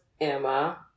Emma